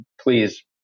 please